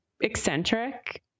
eccentric